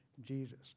Jesus